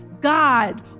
God